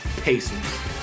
pacers